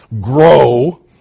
grow